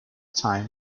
time